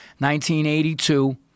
1982